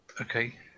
Okay